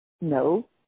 no